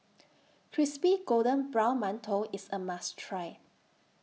Crispy Golden Brown mantou IS A must Try